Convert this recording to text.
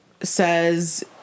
says